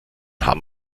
hamm